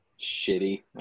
shitty